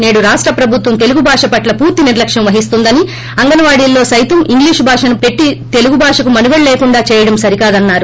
సేడు రాష్ర ప్రభుత్వం తెలుగు భాష పట్ల పూర్తి నిర్వక్కుం వహిస్తోందని అంగన్వాడీల్లో సైతం ఇంగ్లీష్ భాషను పెట్లి తెలుగు భాషకు మనుగడ లేకుండా చేయడం సరికాదన్నారు